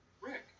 Rick